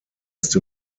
ist